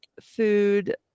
food